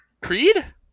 creed